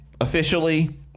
officially